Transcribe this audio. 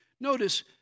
Notice